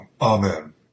Amen